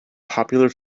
popular